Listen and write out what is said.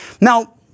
Now